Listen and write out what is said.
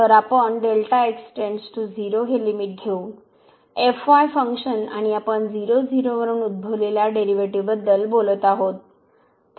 तर आपण हे लिमिट घेऊ फंक्शन आणि आपण 00 वरून उद्भवलेल्या डेरीवेटीव बद्दल बोलत आहोत